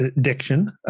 diction